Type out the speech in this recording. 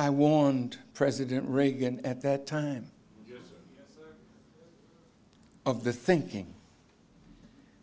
i warned president reagan at that time of the thinking